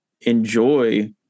enjoy